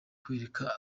kwereka